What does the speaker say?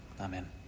Amen